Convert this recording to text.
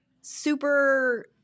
super